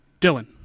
Dylan